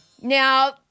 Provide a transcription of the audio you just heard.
Now